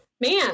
man